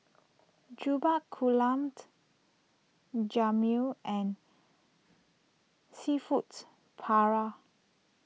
Jokbal Gulabt Jamun and Seafoods Paella